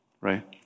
Right